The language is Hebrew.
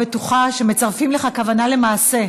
בטוחה שמצרפים לך כוונה למעשה,